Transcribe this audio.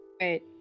Wait